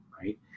right